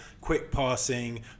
quick-passing